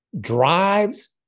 drives